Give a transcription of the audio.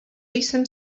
jsem